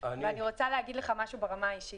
ואני רוצה להגיד לך משהו ברמה אישית.